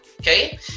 okay